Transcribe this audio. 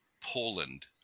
Poland